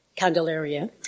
Candelaria